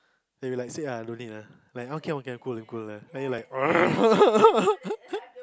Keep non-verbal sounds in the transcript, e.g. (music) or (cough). then you like say ah no need lah like how can or can cool cool then you like (noise) (laughs)